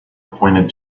pointed